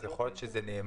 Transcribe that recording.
אז יכול להיות שזה נאמר,